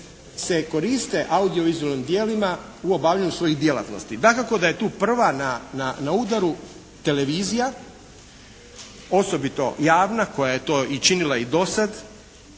se koriste audio-vizualnim djelima u obavljanju svojih djelatnosti. Dakako da je tu prva na udaru televizija osobito javna koja je to i činila i do sad